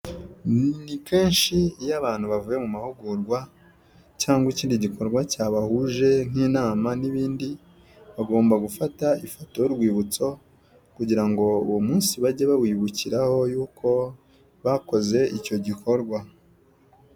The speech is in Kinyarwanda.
Ni kenshi iyo abantu bavuye mu mahugurwa, cyangwa ikindi gikorwa cyabahuje nk'inama n'ibindi, bagomba gufata ifoto y'urwibutso kugira ngo uwo munsi bajye bawibukiraho yuko bakoze icyo gikorwa.